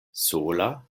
sola